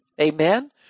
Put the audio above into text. Amen